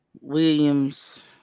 Williams